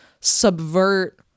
subvert